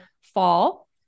fall